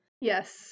yes